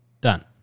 done